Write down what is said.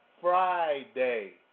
Friday